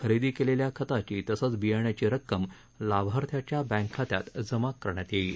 खरेदी केलेल्या खताची तसंच बियाण्याची रक्कम लाभार्थ्याच्या बँक खात्यात जमा करण्यात येईल